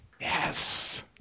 Yes